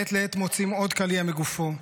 מעת לעת מוציאים עוד קליע מגופו,